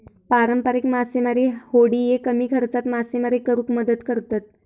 पारंपारिक मासेमारी होडिये कमी खर्चात मासेमारी करुक मदत करतत